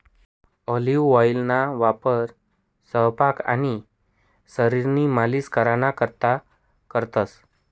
olive ऑइलना वापर सयपाक आणि शरीरनी मालिश कराना करता करतंस